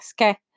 Okay